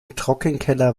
trockenkeller